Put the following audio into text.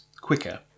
quicker